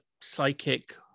psychic